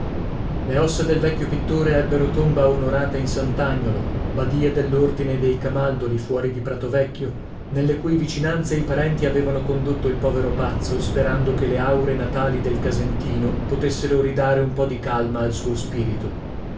le ossa del vecchio pittore ebbero tomba onorata in sant'agnolo badia dell'ordine dei camaldoli fuori di prato vecchio nelle cui vicinanze i parenti avevano condotto il povero pazzo sperando che le aure natali del casentino potessero ridare un po di calma al suo spirito